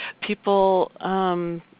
people